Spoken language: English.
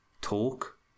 talk